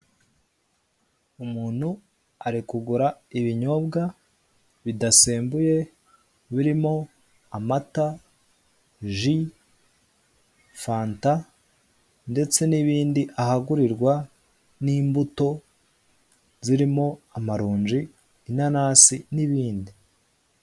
Umuntu ari kugura ibinyobwa bidasembuye birimo amata, ji, fanta ndetse n'ibindi ahagurirwa n'imbuto zirimo amaronji, inanasi n'ibindi.